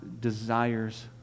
desires